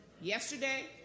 yesterday